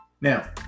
Now